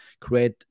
create